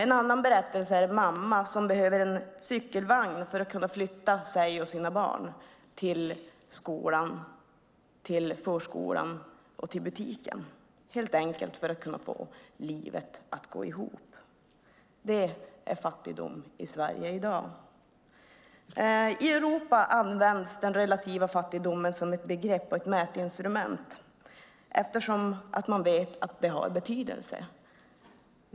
En annan berättelse handlar om en mamma som behöver en cykelvagn för att kunna förflytta sig och sina barn mellan hem, skola, förskola och butik. Det handlar helt enkelt om att få livet att gå ihop. Det är fattigdom i Sverige i dag. I Europa används den relativa fattigdomen som ett begrepp och ett mätinstrument eftersom man vet att den har betydelse.